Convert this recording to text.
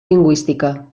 lingüística